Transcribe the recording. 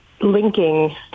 linking